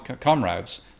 comrades